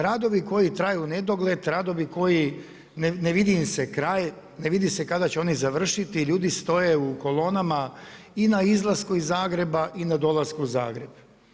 Radovi koji traju u nedogled, radovi koji ne vidi im se kraj, ne vidi se kada će oni završiti, ljudi stoje u kolonama i na izlasku iz Zagreba i na dolasku u Zagreb.